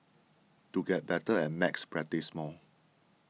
to get better at maths practise more